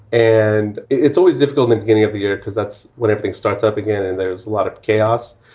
and it's always difficult the beginning of the year because that's when everything starts up again and there's a lot of chaos.